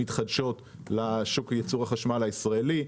המתחדשות לשוק ייצור החשמל הישראלי.